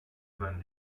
seinen